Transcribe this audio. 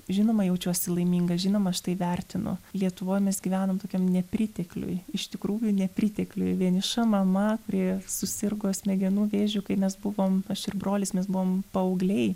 žinoma jaučiuosi laiminga žinoma aš tai vertinu lietuvoj mes gyvenom tokiam nepritekliuj iš tikrųjų nepritekliuj vieniša mama kuri susirgo smegenų vėžiu kai mes buvom aš ir brolis mes buvom paaugliai